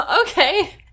Okay